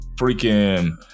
freaking